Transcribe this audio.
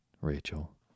Rachel